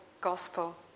gospel